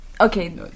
okay